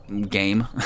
game